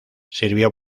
sirvió